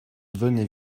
venez